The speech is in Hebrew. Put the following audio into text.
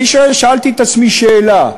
אני שאלתי את עצמי שאלה,